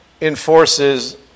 enforces